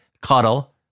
cuddle